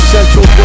Central